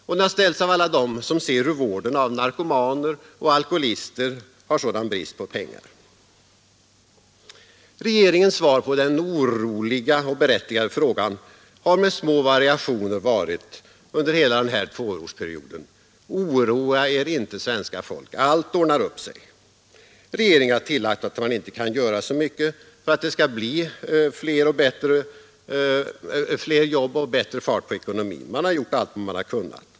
Den har också ställts av alla dem som ser att vården av narkomaner och alkoholskadade har sådan brist på pengar. Regeringens svar på den oroliga och berättigade frågan har med små variationer varit under hela den här tvåårsperioden: ”Oroa er inte, svenska folk. Allt ordnar upp sig.” Regeringen har tillagt att man inte kan göra så mycket för att det skall bli fler jobb och bättre fart på ekonomin. Man har gjort allt man har kunnat.